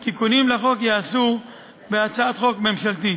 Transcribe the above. תיקונים לחוק ייעשו בהצעת חוק ממשלתית.